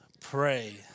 pray